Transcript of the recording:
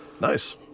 Nice